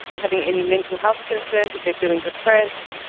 having any mental health concerns, if they are feeling depressed,